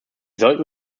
sollten